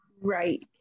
right